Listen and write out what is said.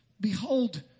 behold